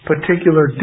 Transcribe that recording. particular